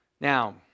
Now